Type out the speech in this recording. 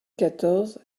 quatorze